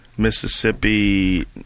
Mississippi